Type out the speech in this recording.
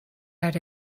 out